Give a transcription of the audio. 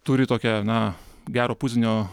turi tokią na gero pusdienio